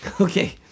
Okay